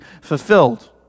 fulfilled